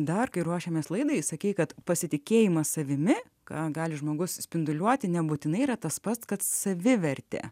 dar kai ruošėmės laidai sakei kad pasitikėjimas savimi ką gali žmogus spinduliuoti nebūtinai yra tas pats kas savivertė